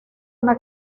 una